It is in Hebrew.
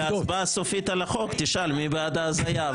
להצבעה הסופית על החוק תשאל מי בעד ההזיה.